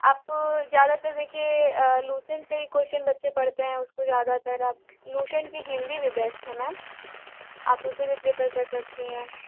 आप ज़्यादातर देखिए लुसेंट से ही क्वेशन बच्चे पढ़ते हैं उसको ज़्यादातर अब लुसेंट की हिन्दी भी बेस्ट है मैम आप उसे भी प्रेफर कर सकती हैं